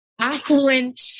affluent